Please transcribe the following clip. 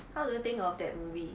how do you think of that movie